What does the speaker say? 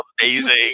amazing